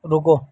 رکو